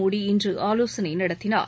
மோடி இன்று ஆலோசனை நடத்தினார்